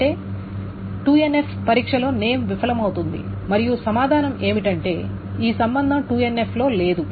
అంటే 2NF పరీక్షలో name విఫలమవుతుంది మరియు సమాధానం ఏమిటంటే ఇది సంబంధం 2NF లో లేదు